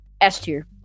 S-tier